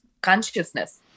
consciousness